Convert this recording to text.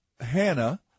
Hannah